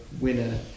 winner